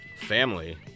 family